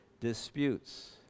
disputes